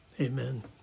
Amen